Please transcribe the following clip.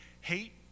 hate